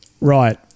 Right